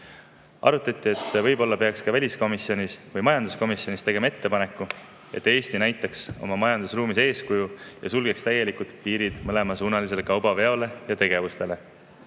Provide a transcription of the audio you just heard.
Arutati, et võib-olla peaks ka väliskomisjonis või majanduskomisjonis tegema ettepaneku, et Eesti näitaks oma majandusruumis eeskuju ja sulgeks täielikult piirid mõlemasuunalisele kaubaveole ja muule tegevusele.